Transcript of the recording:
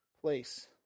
place